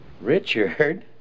richard